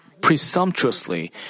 presumptuously